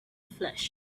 flesh